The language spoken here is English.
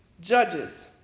Judges